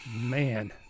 man